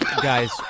Guys